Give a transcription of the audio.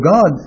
God